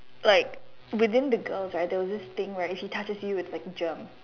like within the girls right there was this thing where if he touches you it's like germs